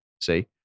see